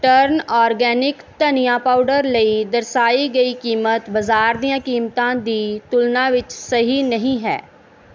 turn organic ਧਨੀਆ powder ਲਈ ਦਰਸਾਈ ਗਈ ਕੀਮਤ ਬਾਜ਼ਾਰ ਦੀਆਂ ਕੀਮਤਾਂ ਦੀ ਤੁਲਨਾ ਵਿੱਚ ਸਹੀ ਨਹੀਂ ਹੈ